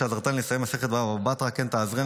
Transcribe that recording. כשם שעזרתנו לסיים מסכת בבא בתרא כן תעזרנו